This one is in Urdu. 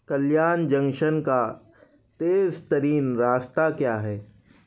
کلیان جنکشن کا تیز ترین راستہ کیا ہے